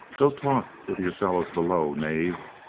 go talk with your fellows below, knave,